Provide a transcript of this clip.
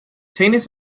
tanis